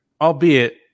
Albeit